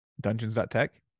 dungeons.tech